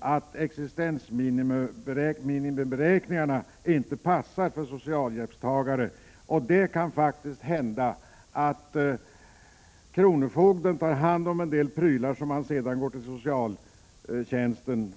att existensminimiberäkningarna inte passar socialhjälpstagare. Det kan faktiskt hända att kronofogden tar hand om en del saker, som man kan få hos socialtjänsten.